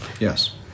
Yes